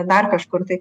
dar kažkur tai